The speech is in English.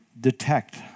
detect